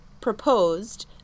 proposed